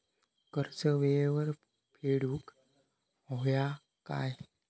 कर्ज येळेवर फेडूक होया काय?